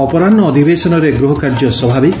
ଅପରାହ୍ ଅଧିବେଶନରେ ଗୃହକାର୍ଯ୍ୟ ସ୍ୱାଭାବିକ